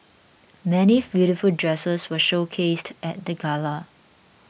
many beautiful dresses were showcased at the gala